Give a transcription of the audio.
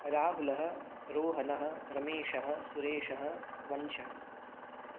राहुलः रोहनः रमेशः सुरेशः वंशः